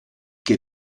che